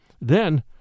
Then